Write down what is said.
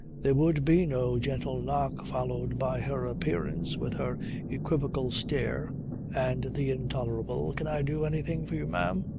there would be no gentle knock, followed by her appearance with her equivocal stare and the intolerable can i do anything for you, ma'am?